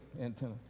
antenna